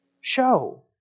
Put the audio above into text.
Show